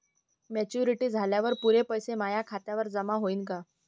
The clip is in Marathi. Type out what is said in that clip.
मॅच्युरिटी झाल्यावर पुरे पैसे माया खात्यावर जमा होईन का?